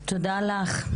תודה לך.